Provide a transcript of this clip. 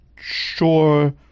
sure